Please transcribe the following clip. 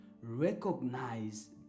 recognize